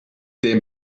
dem